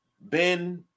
Ben